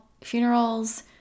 funerals